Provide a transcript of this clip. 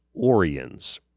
Oriens